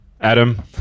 Adam